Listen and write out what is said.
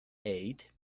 eight